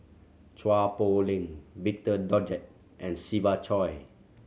Chua Poh Leng Victor Doggett and Siva Choy